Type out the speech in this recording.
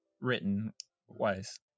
written-wise